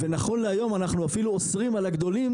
ונכון להיום אנחנו אפילו אוסרים על הגדולים